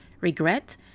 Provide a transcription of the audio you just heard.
regret